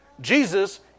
Jesus